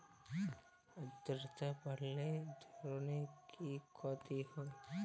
আদ্রর্তা বাড়লে ধানের কি ক্ষতি হয়?